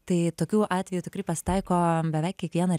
tai tokių atvejų tikrai pasitaiko beveik kiekvieną